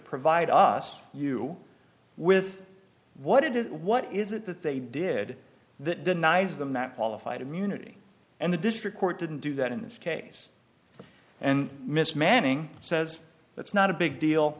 provide us you with what it is what is it that they did that denies them that qualified immunity and the district court didn't do that in this case and miss manning says that's not a big deal